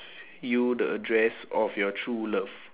you the address of your true love